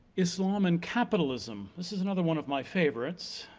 islam and capitalism. this is another one of my favorites.